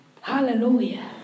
Hallelujah